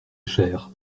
cher